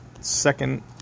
second